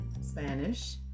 Spanish